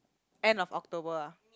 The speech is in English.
end of October ah